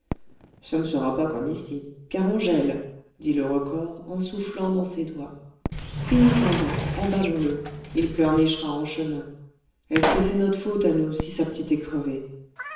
ça ne sera pas comme ici car on gèle dit le recors en soufflant dans ses doigts finissons-en emballons le il pleurnichera en chemin est-ce que c'est notre faute à nous si sa petite est crevée